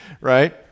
right